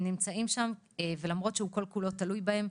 הם נמצאים שם, ולמרות שהלקוח כל כולו תלוי בהם,